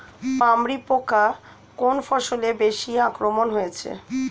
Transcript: পামরি পোকা কোন ফসলে বেশি আক্রমণ হয়েছে?